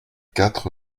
quatre